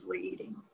eating